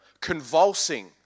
convulsing